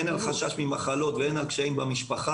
הן על חשש ממחלות והן על קשיים במשפחה.